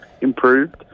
improved